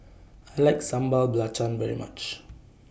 I like Sambal Belacan very much